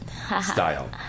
style